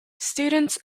students